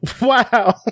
Wow